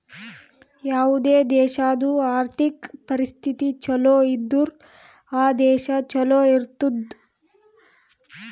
ಯಾವುದೇ ದೇಶಾದು ಆರ್ಥಿಕ್ ಪರಿಸ್ಥಿತಿ ಛಲೋ ಇದ್ದುರ್ ಆ ದೇಶಾ ಛಲೋ ಇರ್ತುದ್